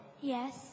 Yes